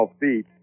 feet